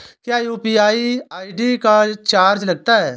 क्या UPI ID का charge लगता है?